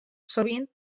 sovint